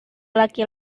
laki